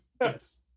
Yes